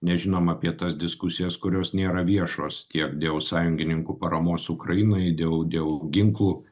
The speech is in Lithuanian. nežinom apie tas diskusijas kurios nėra viešos tiek dėl sąjungininkų paramos ukrainai dėl dėl ginklų